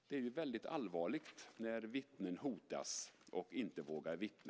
Det är väldigt allvarligt när vittnen hotas och inte vågar vittna.